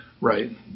right